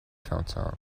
countdown